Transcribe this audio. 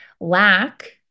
lack